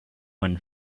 when